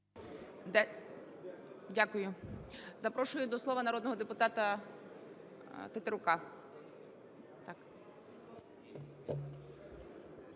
Дякую. Запрошую до слова народного депутата Бурбака.